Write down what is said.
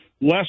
less